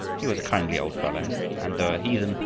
he was a kindly old fellow, and, though a heathen,